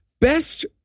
Best